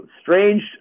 strange